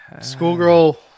Schoolgirl